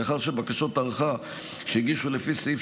לאחר שבקשות הארכה שהגישו לפי סעיף